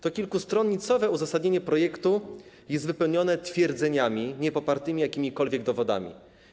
To kilkustronicowe uzasadnienie projektu ustawy jest wypełnione twierdzeniami niepopartymi jakimikolwiek dowodami.